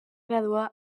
graduar